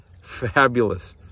Fabulous